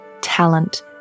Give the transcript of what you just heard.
talent